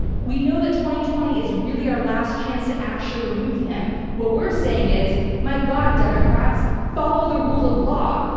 we know that twenty twenty is really our last chance to actually remove him. what we're saying is my god, democrats, follow the rule of law.